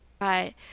right